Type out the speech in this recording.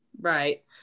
right